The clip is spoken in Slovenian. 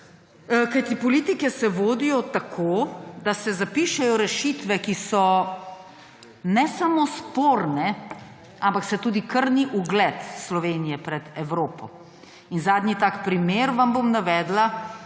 Kajti politike se vodijo tako, da se zapišejo rešitve, ki so ne samo sporne, ampak se tudi krni ugled Slovenije pred Evropo. Zadnji tak primer vam bom navedla.